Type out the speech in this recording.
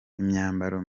imyambaro